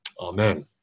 Amen